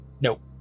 Nope